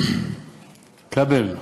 כבל איתן,